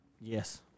Yes